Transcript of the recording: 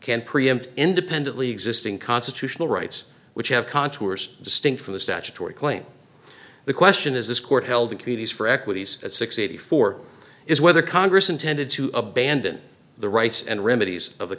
can preempt independently existing constitutional rights which have contours distinct from the statutory claim the question is this court held the committees for equities sixty four is whether congress intended to abandon the rights and remedies of the